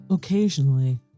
Occasionally